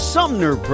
Sumner